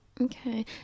Okay